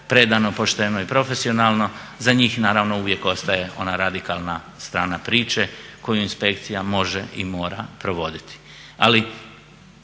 predano, pošteno i profesionalno, za njih naravno uvijek ostaje ona radikalna strana priče koju inspekcija može i mora provoditi. Ali